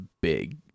big